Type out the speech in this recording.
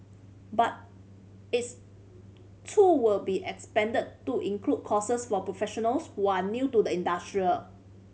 but it's too will be expanded to include courses for professionals who are new to the industrial